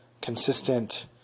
consistent